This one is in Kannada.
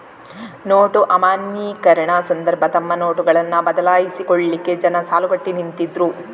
ನೋಟು ಅಮಾನ್ಯೀಕರಣ ಸಂದರ್ಭ ತಮ್ಮ ನೋಟುಗಳನ್ನ ಬದಲಾಯಿಸಿಕೊಳ್ಲಿಕ್ಕೆ ಜನ ಸಾಲುಗಟ್ಟಿ ನಿಂತಿದ್ರು